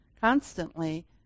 constantly